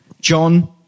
John